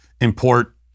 import